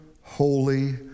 holy